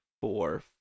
four